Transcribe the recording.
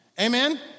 Amen